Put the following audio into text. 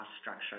structure